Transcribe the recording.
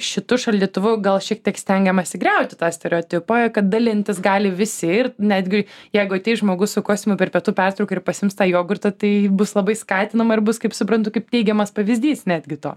šitu šaldytuvu gal šiek tiek stengiamasi griauti tą stereotipą ir kad dalintis gali visi ir netgi jeigu ateis žmogus su kostiumu per pietų pertrauką ir pasiims tą jogurtą tai bus labai skatinama ir bus kaip suprantu kaip teigiamas pavyzdys netgi to